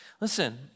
Listen